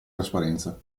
trasparenza